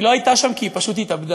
היא לא הייתה שם כי היא פשוט התאבדה.